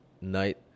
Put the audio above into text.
night